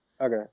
Okay